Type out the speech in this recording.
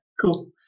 Cool